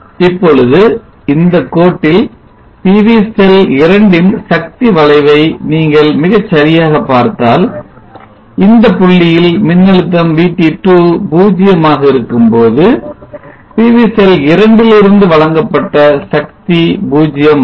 இப்பொழுது இந்தக் கோட்டில் PV செல் 2 ன் சக்தி வளைவை நீங்கள் மிகச் சரியாகப் பார்த்தால் இந்தப் புள்ளியில் மின்னழுத்தம் VT2 0 மாக இருக்கும்போது PV செல் இரண்டிலிருந்து வழங்கப்பட்ட சக்தி 0 ஆகும்